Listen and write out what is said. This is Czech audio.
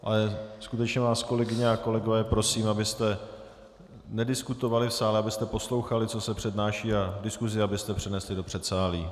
Ale skutečně vás, kolegyně a kolegové, prosím, abyste nediskutovali v sále, abyste poslouchali, co se přednáší, a diskusi abyste přenesli do předsálí.